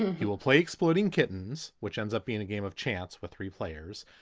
he will play exploding kittens, which ends up being a game of chance with three players.